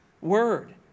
word